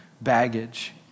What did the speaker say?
baggage